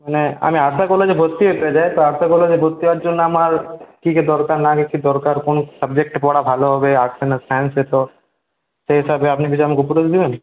মানে আমি আদ্রা কলেজে ভর্তি হতে চাই তো আদ্রা কলেজে ভর্তি হওয়ার জন্য আমার কী কী দরকার না দরকার কোন সাবজেক্টে পড়া ভালো হবে আর্টসে না সায়েন্সে তো সেই হিসাবে আপনি কিছু আমাকে উপদেশ দেবেন